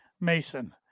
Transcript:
Mason